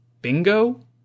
bingo